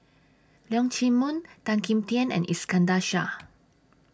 Leong Chee Mun Tan Kim Tian and Iskandar Shah